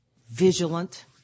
vigilant